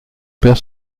père